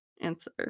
answer